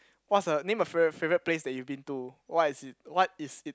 what's the name a favourite favourite place that you've been to what's it what is it